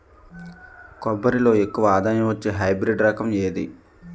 కొబ్బరి లో ఎక్కువ ఆదాయం వచ్చే హైబ్రిడ్ రకం ఏది?